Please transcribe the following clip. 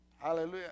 Hallelujah